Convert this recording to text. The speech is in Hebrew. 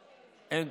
שיהיה משרת אמון.